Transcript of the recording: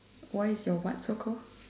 why is your what so cold